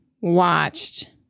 watched